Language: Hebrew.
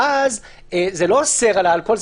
ואז זה לא אוסר על האלכוהול,